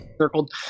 circled